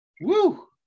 Woo